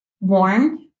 warm